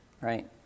right